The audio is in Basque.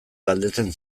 galdetzen